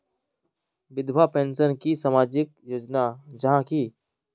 विधवा पेंशन की सामाजिक योजना जाहा की?